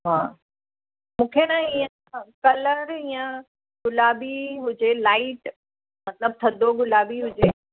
हा मूंखे न इहा कलर इहा गुलाबी हुजे लाइट मतलबु थधो गुलाबी हुजे